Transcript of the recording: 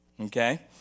okay